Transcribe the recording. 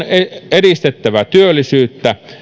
edistettävä työllisyyttä